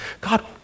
God